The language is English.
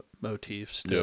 motifs